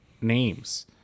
names